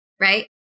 right